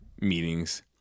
meetings